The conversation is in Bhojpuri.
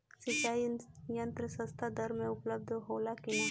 सिंचाई यंत्र सस्ता दर में उपलब्ध होला कि न?